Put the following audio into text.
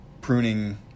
pruning